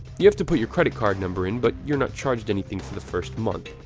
you have to put your credit card number in, but you're not charged anything for the first month,